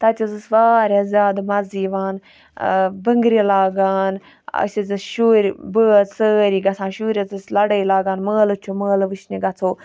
تَتہِ حظ اوس واریاہ زیادِ مَزٕ یِوان بٕنٛگرِ لاگان اَسہِ حظ ٲسۍ شُرۍ بٲژۍ سٲری گَژھان شُرۍ حظ ٲسۍ لَڑٲے لاگان مٲلہٕ چھُ مٲلہٕ وٕچھنہٕ گَژھو